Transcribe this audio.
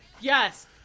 Yes